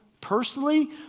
personally